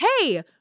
Hey